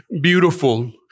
beautiful